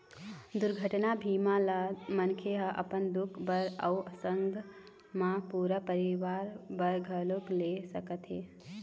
दुरघटना बीमा ल मनखे ह अपन खुद बर अउ संग मा पूरा परवार बर घलोक ले सकत हे